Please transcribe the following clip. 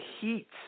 heat